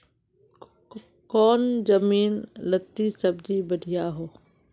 कौन जमीन लत्ती सब्जी बढ़िया हों?